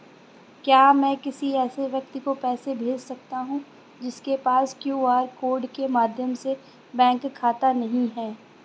क्या मैं किसी ऐसे व्यक्ति को पैसे भेज सकता हूँ जिसके पास क्यू.आर कोड के माध्यम से बैंक खाता नहीं है?